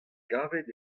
gavet